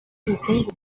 ubukungu